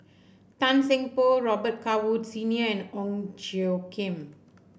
Tan Seng Poh Robet Carr Woods Senior and Ong Tjoe Kim